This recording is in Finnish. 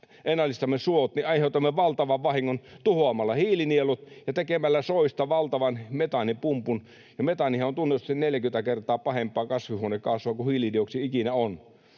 ennallistamme suot, niin aiheutamme valtavan vahingon tuhoamalla hiilinielut ja tekemällä soista valtavan metaanipumpun, ja metaanihan on tunnetusti 40 kertaa pahempaa kasvihuonekaasua kuin hiilidioksidi ikinä on.